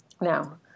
now